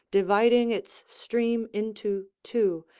dividing its stream into two,